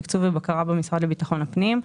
תקצוב ובקרה במשרד לביטחון הפנים.